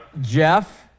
Jeff